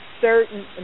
certain